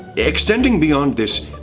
extending beyond this.